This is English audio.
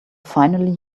finally